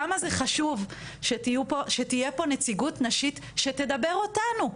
כמה זה חשוב שתהיה פה נציגות נשית שתדבר אותנו.